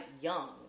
young